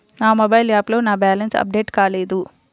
నా మొబైల్ యాప్లో నా బ్యాలెన్స్ అప్డేట్ కాలేదు